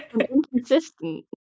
inconsistent